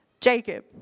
Jacob